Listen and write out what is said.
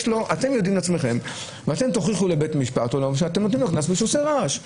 אתם תצטרכו להוכיח לבית המשפט שהוא עשה רעש ונתתם לו קנס.